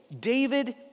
David